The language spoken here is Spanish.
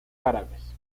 árabes